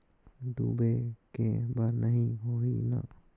डूबे के बर नहीं होही न?